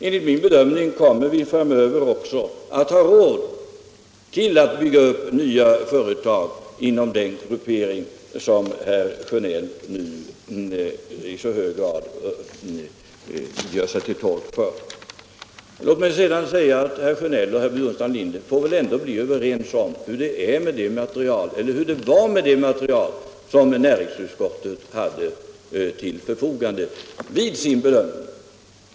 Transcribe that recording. Enligt min bedömning kommer vi framöver också att ha råd till att bygga upp nya företag inom den gruppering som herr Sjönell nu i så hög grad gör sig till tolk för. Låt mig sedan säga att herr Sjönell och herr Burenstam Linder får väl ändå bli överens om hur det förhöll sig med det material som näringsutskottet hade till förfogande vid sin bedömning.